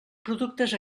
productes